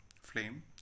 flame